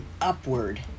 upward